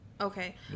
Okay